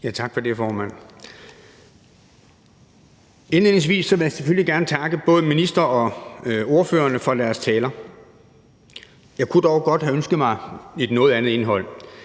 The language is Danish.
Tak for det, formand. Indledningsvis vil jeg selvfølgelig gerne takke både ministeren og ordførerne for deres taler. Jeg kunne dog godt have ønsket mig et noget andet indhold,